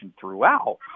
throughout